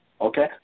Okay